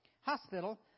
hospital